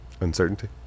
Uncertainty